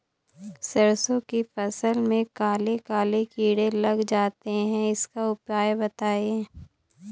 सरसो की फसल में काले काले कीड़े लग जाते इसका उपाय बताएं?